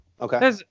Okay